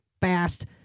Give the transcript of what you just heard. fast